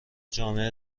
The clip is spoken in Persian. جامعه